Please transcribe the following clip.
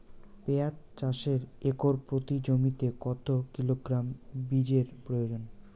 পেঁয়াজ চাষে একর প্রতি জমিতে কত কিলোগ্রাম বীজের প্রয়োজন?